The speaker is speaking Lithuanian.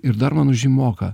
ir dar man už jį moka